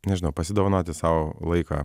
nežinau pasidovanoti sau laiko